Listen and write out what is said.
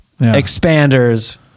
Expanders